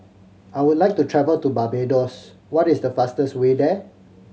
I would like to travel to Barbados what is the fastest way there